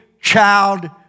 child